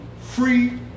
free